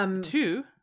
Two